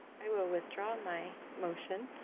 i will withdraw my motion